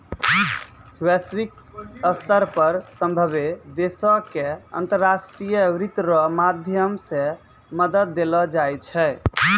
वैश्विक स्तर पर सभ्भे देशो के अन्तर्राष्ट्रीय वित्त रो माध्यम से मदद देलो जाय छै